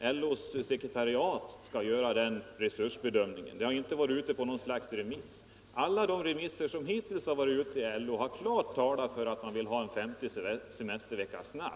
LO:s sekretariat skall göra resursbedömningen. Den frågan har inte varit ute på remiss. Men alla de remissvar som hittills inkommit till LO har klart talat för att man snabbt vill ha en femte semes tervecka.